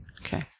Okay